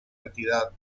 entidad